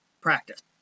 practice